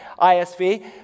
ISV